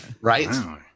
right